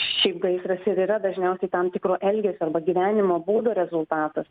šiaip gaisras ir yra dažniausiai tam tikro elgesio arba gyvenimo būdo rezultatas